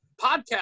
podcast